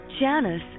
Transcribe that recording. Janice